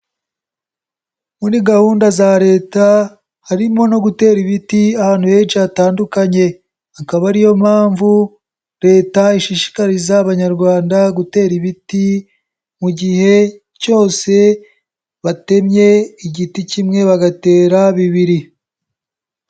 Muri gahunda za Leta harimo no gutera ibiti ahantu henshi hatandukanye, akaba ari yo mpamvu Leta ishishikariza Abanyarwanda gutera ibiti mu gihe cyose batemye igiti kimwe bagatera bibiri.